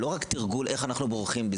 לא רק תרגול איך אנחנו בורחים.